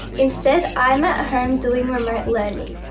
instead, i'm at home doing remote learning.